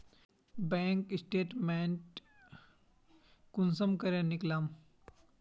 Bank statement कुंसम करे निकलाम?